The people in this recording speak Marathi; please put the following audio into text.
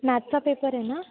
मॅथचा पेपर आहे ना